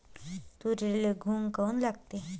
तुरीले घुंग काऊन लागते?